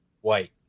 white